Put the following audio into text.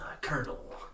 Colonel